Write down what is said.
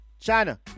China